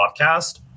podcast